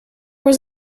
was